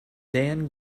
dan